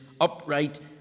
upright